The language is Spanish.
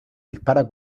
dispara